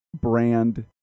brand